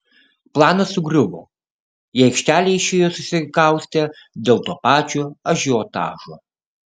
planas sugriuvo į aikštelę išėjo susikaustę dėl to pačio ažiotažo